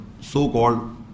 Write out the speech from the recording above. so-called